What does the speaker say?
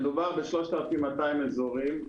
מדובר ב-3,200 אזורים.